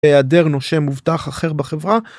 בהעדר נושה מובטח אחר בחברה.